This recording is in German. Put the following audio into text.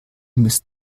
müsst